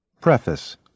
Preface